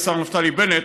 השר נפתלי בנט,